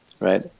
right